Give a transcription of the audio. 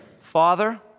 Father